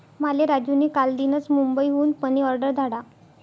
माले राजू नी कालदीनच मुंबई हुन मनी ऑर्डर धाडा